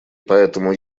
поэтому